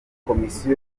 komisiyo